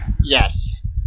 Yes